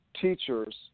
teachers